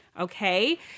okay